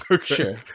Sure